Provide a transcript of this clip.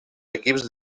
equips